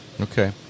Okay